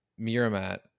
Miramat